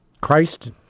Christ